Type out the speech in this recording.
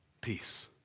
peace